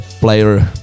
player